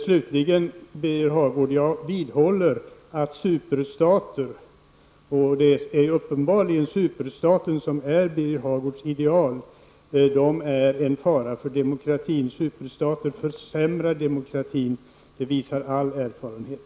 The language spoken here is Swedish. Slutligen, Birger Hagård, vidhåller jag att superstater -- och det är uppenbarligen superstaten som är Birger Hagårds ideal -- är en fara för demokratin. Superstater försämrar demokratin, det visar all erfarenhet.